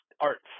arts